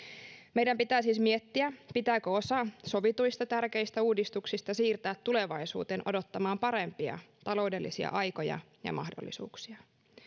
meidän pitää siis miettiä pitääkö osa sovituista tärkeistä uudistuksista siirtää tulevaisuuteen odottamaan parempia taloudellisia aikoja ja ja mahdollisuuksia